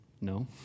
no